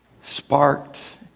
sparked